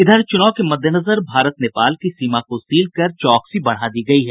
इधर चुनाव के मद्देनजर भारत नेपाल की सीमा को सील कर चौकसी बढ़ा दी गयी है